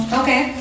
okay